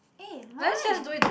eh mine